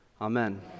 Amen